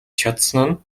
чадсан